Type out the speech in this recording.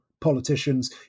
politicians